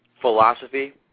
philosophy